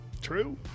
true